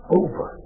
over